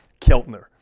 Keltner